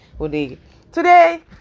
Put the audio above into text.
today